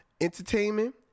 entertainment